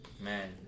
man